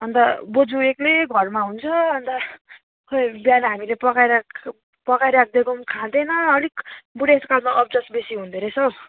अन्त बोजु एक्लै घरमा हुन्छ अन्त खै बिहान हामीले पकाएर पकाई राखिदिएको पनि खाँदैन अलिक बुढेसकालमा अब्जस बेसी हुँदोरहेछ हौ